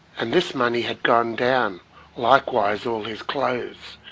and this money had gone down likewise all his clothes,